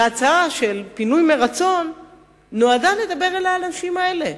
ההצעה של פינוי מרצון נועדה לדבר אל האנשים האלה.